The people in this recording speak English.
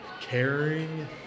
caring